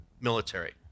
military